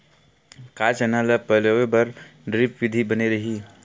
का चना ल पलोय बर ड्रिप विधी बने रही?